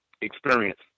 experience